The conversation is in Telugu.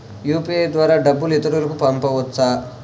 యూ.పీ.ఐ ద్వారా డబ్బు ఇతరులకు పంపవచ్చ?